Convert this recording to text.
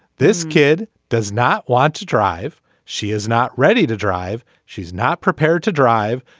this kid does not want to drive. she is not ready to drive. she's not prepared to drive.